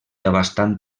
abastant